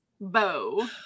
bow